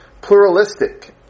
pluralistic